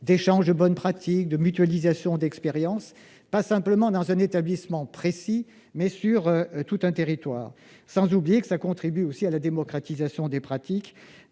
d'échange de bonnes pratiques et de mutualisation d'expériences, pas simplement dans un établissement précis, mais sur l'ensemble d'un territoire. En plus, cela contribue à la démocratisation des pratiques,